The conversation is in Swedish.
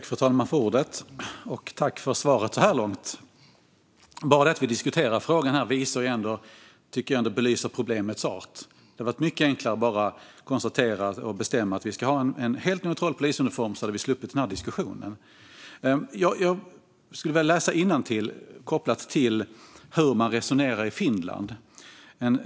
Fru talman! Tack för svaret så här långt, justitieministern! Bara det att vi diskuterar frågan här tycker jag ändå belyser problemets art. Det hade varit mycket enklare att bara konstatera och bestämma att vi ska ha en helt neutral polisuniform. Då hade vi sluppit den här diskussionen. Jag skulle vilja läsa innantill kopplat till hur man resonerar i Finland.